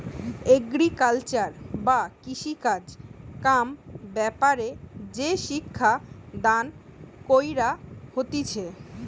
agriculture বা কৃষিকাজ কাম ব্যাপারে যে শিক্ষা দান কইরা হতিছে